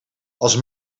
als